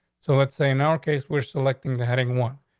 so let's say in our case, we're selecting the heading one.